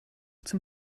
zum